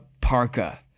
parka